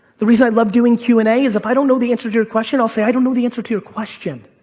the reason i love doing q and amp a is if i don't know the answer to your question i'll say i don't know the answer to your question.